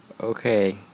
Okay